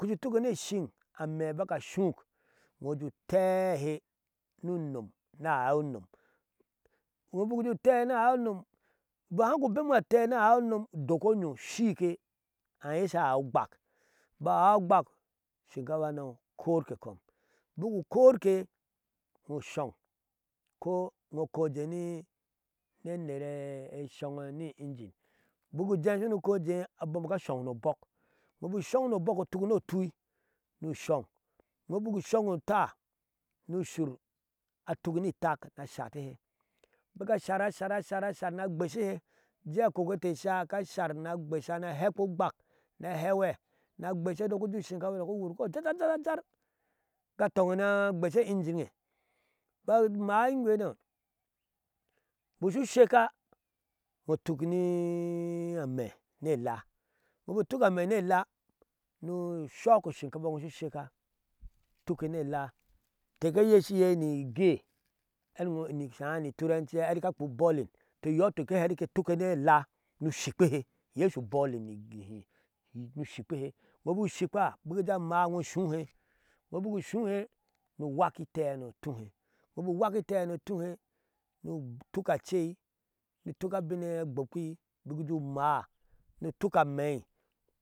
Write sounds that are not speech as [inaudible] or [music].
Ukɔ ujee utukke ni eshiŋ amɛi abik ashuk, iŋoo ujee utɛhɛ ni unom ni aai unom, iŋo bik ujee utɛhɛ aai unom bik haa gu ubemeŋo ni aai unom udok onyoo ushiike aŋŋiye sha ai ugbak ba hai ugale shin kafahano ukorke kan bik ukorke iŋo ushɔk ko iŋo ukɔɔ ujee ni aner eshɔno ni injin, bik ujɛɛ shunu ukɔɔ ujeen abom ka shɔn ni obɔk, iŋo bik ushong ni obɔkko ni otui ni ushɔŋ, iŋo utaa ni ushur atuk ni itak ni ashatehe ashar ashar ashar ashar niagbeshihe, ujɛɛ akoko eintesha ka shar ni agbesha ahekpe ugbak ni ahɛwɛ ni agbeshihe shu idak ujɛɛ ishinka fa dak uwur ko jaija da ja jar ga atunni ni agbeshe ejinŋe bik amaa iŋgweno bik shu shekka iŋo utuk ni amɛ ni elaa ino bik utuk ame ni ela ni ushɔk ushinkafahano eiŋo shu shekka utukke ni ela, inteke yeshiye ni igee ɛti shaha ni inturanci, ɛti ka kpea uboiling, tɔ iyɔɔ ituk ke hɛɛ efi shaha ni inturanci eti ka kpea uboiling, to iyoo ituk ke hɛɛ efi ke etukke ni ela ni ushikpihe, iyee shu uboiling [unintelligible] ni ushikphe iŋo bik ushikpaa je amaa iyo ushuhe iŋo bik ushuhe ni uwak iteihanoi utuhe, iŋo bik uwak itɛila noi utuhe ni utuk acei ni utuk abin agbokpi bik ujee umaa ni utuk amei.